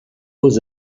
beaux